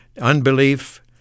unbelief